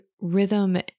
rhythm